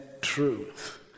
truth